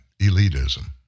elitism